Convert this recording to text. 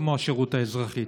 כמו השירות האזרחי.